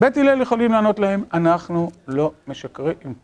בית הילל יכולים לענות להם, אנחנו לא משקרים.